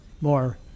more